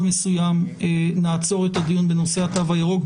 מסוים נעצור את הדיון הזה בנושא התו הירוק,